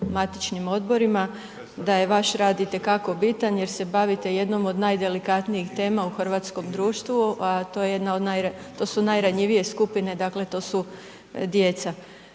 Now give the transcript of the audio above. matičnim odborima da je vaš rad itekako bitan jer se bavite jednom od najdelikatnijih tema u hrvatskom društvu, a to je jedna od, to su najranjivije skupine, dakle, to su djeca.